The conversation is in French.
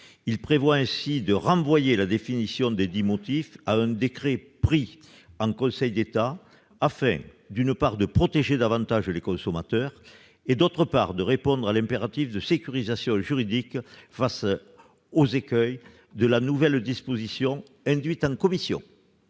Il prévoit ainsi de renvoyer leur définition objective à un décret pris en Conseil d'État, afin, d'une part, de protéger davantage les consommateurs, et, d'autre part, de répondre à l'impératif de sécurisation juridique face aux écueils de la nouvelle disposition adoptée en commission.